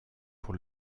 pour